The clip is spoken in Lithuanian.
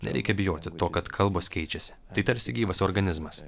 nereikia bijoti to kad kalbos keičiasi tai tarsi gyvas organizmas